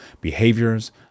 behaviors